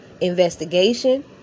investigation